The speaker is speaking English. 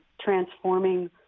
transforming